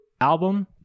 album